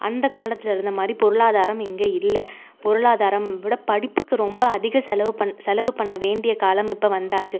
அந்தக் காலத்தில் இருந்த மாதிரி பொருளாதாரம் இங்கே இல்லை பொருளாதாரம் விட படிப்புக்கு ரொம்ப அதிக செலவு பண் செலவு பண்ண வேண்டிய காலம் இப்போ வந்தாச்சு